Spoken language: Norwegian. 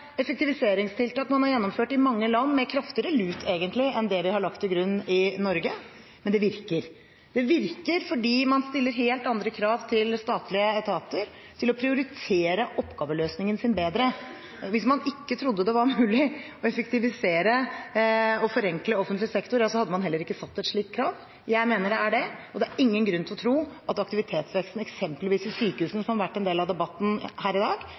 effektiviseringstiltak man har gjennomført i mange land, egentlig med kraftigere lut enn det vi har lagt til grunn i Norge, men det virker. Det virker fordi man stiller helt andre krav til statlige etater om å prioritere oppgaveløsningen sin bedre. Hvis man ikke trodde det var mulig å effektivisere og forenkle offentlig sektor, hadde man heller ikke satt et slikt krav. Jeg mener det er det, og det er ingen grunn til å tro at aktivitetsveksten, eksempelvis i sykehusene, som har vært en del av debatten her i dag,